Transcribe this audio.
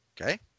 Okay